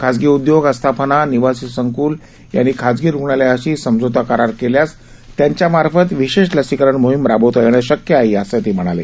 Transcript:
खाजगी उद्योग अस्थापना निवासी संकूल यांनी खाजगी रुग्णालयाशी समझौता करार केल्यास त्यांच्यामार्फत विशेष लसीकरण मोहिम राबवता येणं शक्य आहे असंही ते म्हणाले